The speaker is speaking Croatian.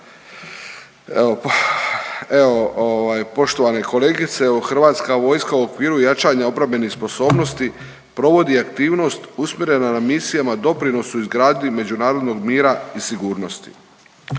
ovaj, poštovane kolegice, Hrvatska vojska u okviru jačanja obrambenih sposobnosti provodi aktivnost usmjerena na misijama doprinosu, izgradnji međunarodnog mira i sigurnosti.